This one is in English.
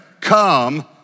Come